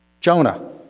Jonah